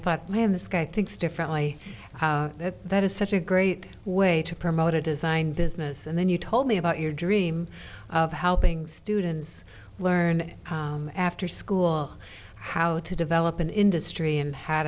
thought man this guy thinks differently that is such a great way to promote a design business and then you told me about your dream of helping students learn after school how to develop an industry and h